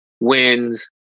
wins